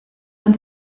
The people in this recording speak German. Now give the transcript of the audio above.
man